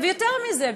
יותר מזה,